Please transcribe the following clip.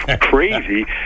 crazy